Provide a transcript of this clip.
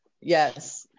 Yes